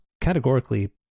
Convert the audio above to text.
categorically